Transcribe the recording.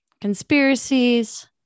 conspiracies